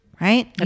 right